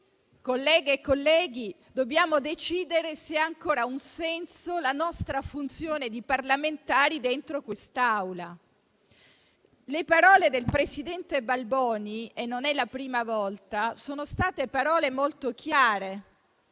colleghe e colleghi, dobbiamo decidere se ha ancora un senso la nostra funzione di parlamentari dentro quest'Aula. Le parole del presidente Balboni (e non è la prima volta) sono state molto chiare.